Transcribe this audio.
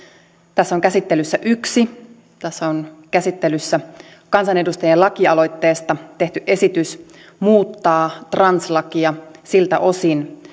tässä on käsittelyssä yksi tässä on käsittelyssä kansanedustajien lakialoitteessa tehty esitys muuttaa translakia siltä osin